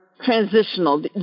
transitional